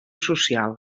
social